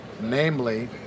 namely